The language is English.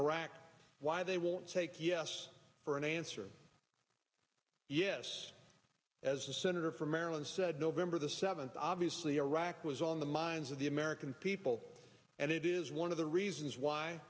iraq why they won't take yes for an answer yes as a senator from maryland said november the seventh obviously iraq was on the minds of the american people and it is one of the reasons why